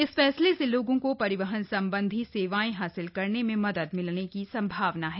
इस फैसले से लोगों को परिवहन सम्बंधी सेवाएं हासिल करने में मदद मिलने की सम्भावना है